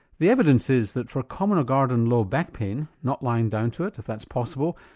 the evidence is that for common or garden low back pain, not lying down to it, if that's possible,